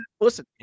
listen